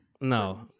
No